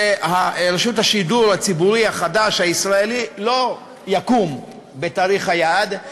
שרשות השידור הציבורי החדש הישראלי לא תקום בתאריך היעד,